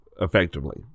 effectively